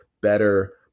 better